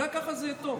אולי ככה זה יהיה טוב.